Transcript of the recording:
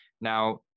now